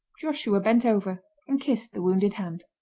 joshua bent over and kissed the wounded hand.